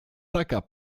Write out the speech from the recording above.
taka